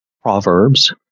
Proverbs